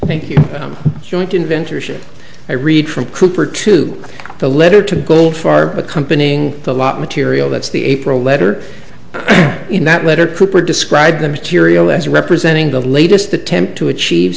think you don't inventor shit i read from cooper to the letter to gold far accompanying the lot material that's the april letter in that letter cooper described the material as representing the latest attempt to achieve